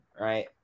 right